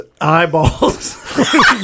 eyeballs